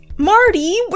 Marty